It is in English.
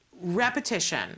repetition